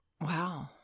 wow